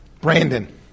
Brandon